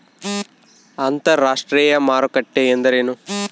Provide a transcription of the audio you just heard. ಅಂತರಾಷ್ಟ್ರೇಯ ಮಾರುಕಟ್ಟೆ ಎಂದರೇನು?